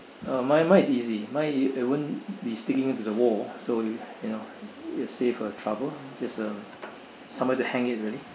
uh my mine is easy mine it won't be sticking into the wall so you you know it'll save uh trouble just a somewhere to hang it really